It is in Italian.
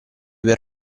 per